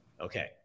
Okay